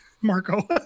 Marco